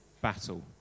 battle